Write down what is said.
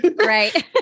Right